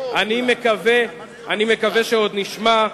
אני מקווה שעוד נשמע.